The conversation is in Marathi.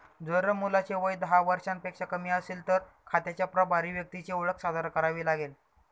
जर मुलाचे वय दहा वर्षांपेक्षा कमी असेल, तर खात्याच्या प्रभारी व्यक्तीची ओळख सादर करावी लागेल